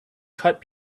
cut